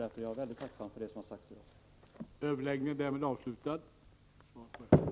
Jag är därför mycket tacksam för det som har sagts här i dag.